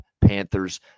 panthers